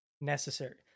necessary